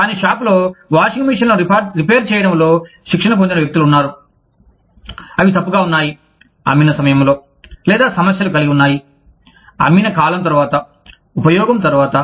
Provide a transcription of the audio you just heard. కానీ షాపులో వాషింగ్ మెషీన్లను రిపేర్ చేయడంలో శిక్షణ పొందిన వ్యక్తులు కూడా ఉన్నారు అవి తప్పుగా ఉన్నాయి అమ్మిన సమయంలో లేదా సమస్యలను కలిగి ఉన్నాయి అమ్మిన కాలం తరువాత ఉపయోగం తరువాత